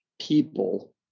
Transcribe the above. people